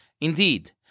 Indeed